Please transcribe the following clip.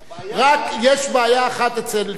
רק יש בעיה אחת אצל זחאלקה,